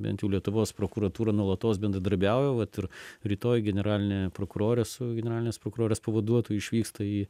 bent jau lietuvos prokuratūra nuolatos bendradarbiauja vat ir rytoj generalinė prokurorė su generalinės prokurorės pavaduotoju išvyksta į